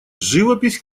живопись